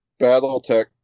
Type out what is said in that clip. Battletech